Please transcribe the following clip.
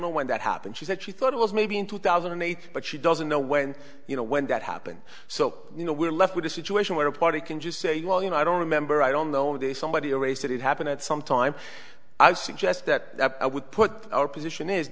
know when that happened she said she thought it was maybe in two thousand and eight but she doesn't know when you know when that happened so you know we're left with a situation where a party can just say well you know i don't remember i don't know this somebody or a said it happened at some time i suggest that we put our position is